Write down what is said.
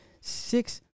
six